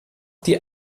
die